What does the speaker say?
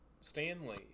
Stanley